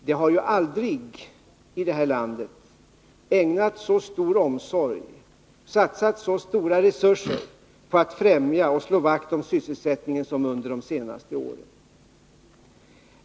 Det har aldrig i detta land ägnats så stor omsorg åt och satsats så stora resurser på att främja och slå vakt om sysselsättningen som under de senaste åren.